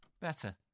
Better